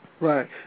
Right